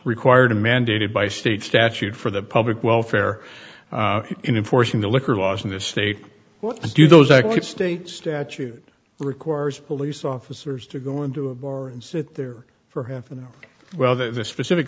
required a mandated by state statute for the public welfare in enforcing the liquor laws in this state what do those active state statute requires police officers to go into a bar and sit there for half an hour well the specific